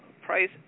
price